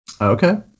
Okay